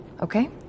Okay